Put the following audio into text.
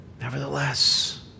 Nevertheless